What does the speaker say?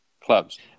clubs